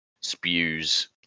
spews